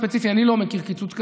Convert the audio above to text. ספציפית אני לא מכיר קיצוץ כזה,